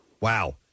Wow